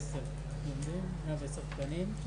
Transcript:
110 תקנים.